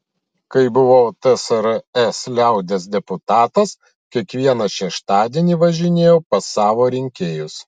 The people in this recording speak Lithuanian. kai buvau tsrs liaudies deputatas kiekvieną šeštadienį važinėjau pas savo rinkėjus